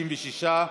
66,